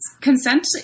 consent